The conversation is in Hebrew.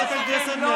מה?